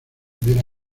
viene